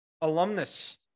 alumnus